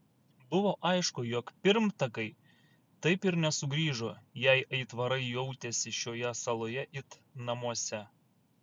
buvo aišku jog pirmtakai taip ir nesugrįžo jei aitvarai jautėsi šioje saloje it namuose